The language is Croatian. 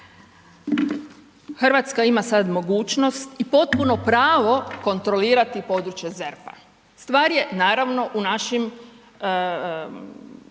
RH ima sad mogućnost i potpuno pravo kontrolirati područje ZERP-a, stvar je naravno u našim